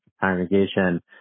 congregation